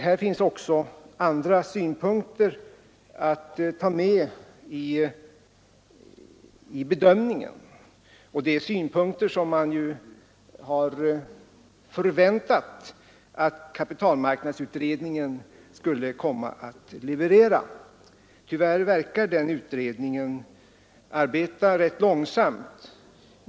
Här finns också andra synpunkter att beakta vid bedömningen, synpunkter som man har förväntat att kapitalmarknadsutredningen skulle komma att leverera. Tyvärr synes denna utredning arbeta rätt långsamt.